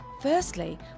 Firstly